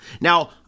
Now